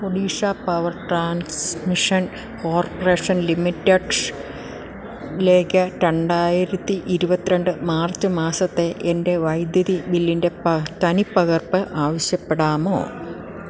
Odisha power transmission corporation limited ലേക്ക് രണ്ടായിരത്തി ഇരുപത്തിരണ്ട് മാർച്ച് മാസത്തെ എൻ്റെ വൈദ്യുതി ബില്ലിൻ്റെ തനിപ്പകർപ്പ് ആവശ്യപ്പെടാമോ